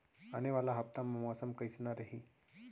आने वाला हफ्ता मा मौसम कइसना रही?